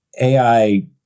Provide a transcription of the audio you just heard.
AI